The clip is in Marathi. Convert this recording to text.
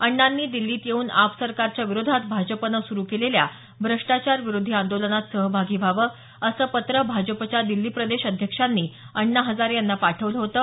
अण्णांनी दिल्लीत येऊन आप सरकारच्या विरोधात भाजपानं सुरु केलेल्या भ्रष्टाचार विरोधी आंदोलनात सहभागी व्हावं असं पत्र भाजपच्या दिल्ली प्रदेश अध्यक्षांनी अण्णा हजारे यांना पाठवलं होतं